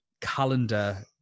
calendar